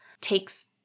takes